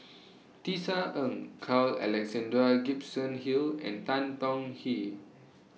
Tisa Ng Carl Alexander Gibson Hill and Tan Tong Hye